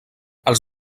els